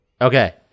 Okay